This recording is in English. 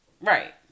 Right